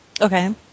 Okay